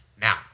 Now